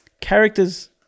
characters